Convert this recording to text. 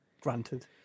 granted